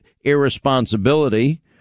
irresponsibility